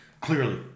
Clearly